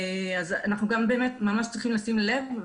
אנחנו גם באמת ממש צריכים לשים לב,